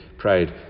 Prayed